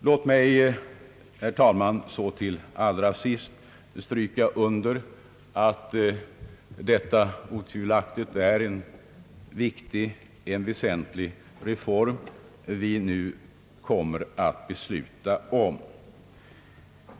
Jag vill, herr talman, stryka under att det otvivelaktigt är en viktig och väsentlig reform, som vi nu skall besluta om.